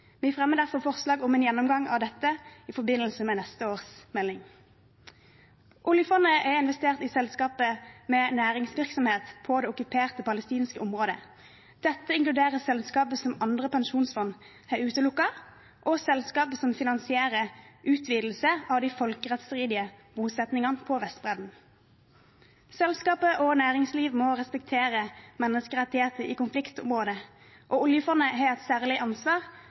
Vi fremmer derfor forslag om en gjennomgang av dette i forbindelse med neste års melding. Oljefondet har investert i selskaper med næringsvirksomhet på det okkuperte palestinske området. Dette inkluderer selskaper som andre pensjonsfond har utelukket, og selskaper som finansierer utvidelse av de folkerettsstridige bosettingene på Vestbredden. Selskaper og næringsliv må respektere menneskerettigheter i konfliktområdet, og oljefondet har et særlig ansvar